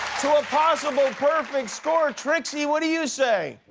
to a possible perfect score. trixie, what do you say?